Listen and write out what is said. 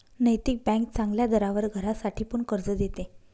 नैतिक बँक चांगल्या दरावर घरासाठी पण कर्ज देते